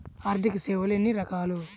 ఆర్థిక సేవలు ఎన్ని రకాలు?